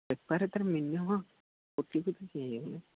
ବେପାର ତା'ର minimum booking କିଛି ହୋଇନି